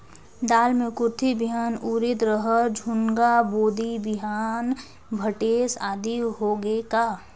दाल मे कुरथी बिहान, उरीद, रहर, झुनगा, बोदी बिहान भटेस आदि होगे का?